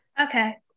okay